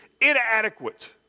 inadequate